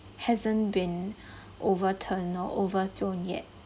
hasn't been overturned or overthrown yet